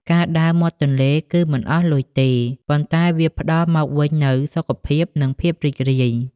ការដើរមាត់ទន្លេគឺមិនអស់លុយទេ ប៉ុន្តែវាផ្ដល់មកវិញនូវសុខភាព និងភាពរីករាយ។